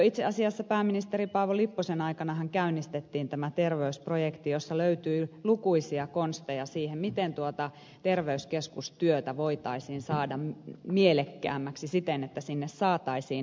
itse asiassa jo pääministeri paavo lipposen aikanahan käynnistettiin tämä terveysprojekti jossa löytyi lukuisia konsteja siihen miten tuota terveyskeskustyötä voitaisiin saada mielekkäämmäksi siten että sinne saataisiin lisää väkeä